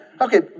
okay